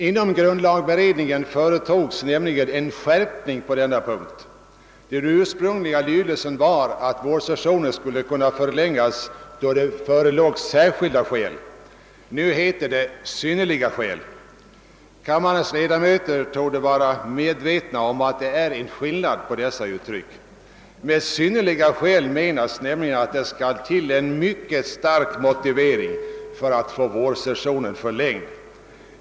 Inom grundlagberedningen företogs nämligen en skärpning på denna punkt. Den ursprungliga lydelsen var att vårsessionen skulle kunna förlängas då »särskilda» skäl förelåg. I den nu föreslagna lydelsen heter det »synnerliga» skäl. Kammarens ledamöter torde vara medvetna om skillnaden mellan dessa uttryckssätt. Med synnerliga skäl menas nämligen att det skall till en mycket stark motivering för att få vårsessionen förlängd.